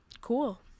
cool